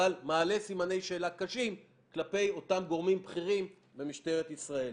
אבל מעלה סימני שאלה קשים כלפי אותם גורמים בכירים במשטרת ישראל.